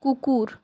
কুকুর